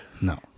No